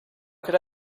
could